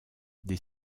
des